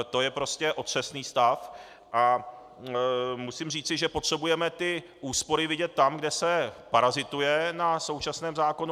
To je prostě otřesný stav a musím říci, že potřebujeme ty úspory vidět tam, kde se parazituje na současném zákonu.